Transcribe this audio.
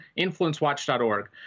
influencewatch.org